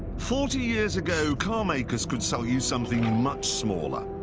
forty years ago, car makers could sell you something much smaller.